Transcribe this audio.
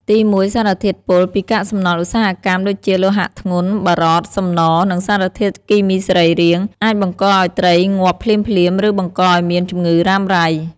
ទីមួយ សារធាតុពុលពីកាកសំណល់ឧស្សាហកម្មដូចជាលោហៈធ្ងន់ (បារត សំណ) និងសារធាតុគីមីសរីរាង្គ អាចបង្កឱ្យត្រីងាប់ភ្លាមៗ ឬបង្កឱ្យមានជំងឺរ៉ាំរ៉ៃ។